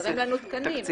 חסרים לנו תקנים.